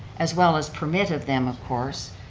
as well as permit of them of course,